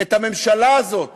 את הממשלה הזאת